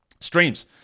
Streams